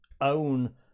own